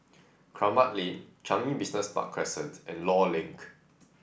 Kramat Lane Changi Business Park Crescent and Law Link